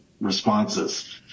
responses